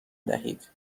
دهید